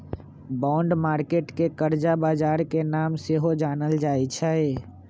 bond market के करजा बजार के नाम से सेहो जानल जाइ छइ